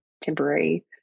Temporary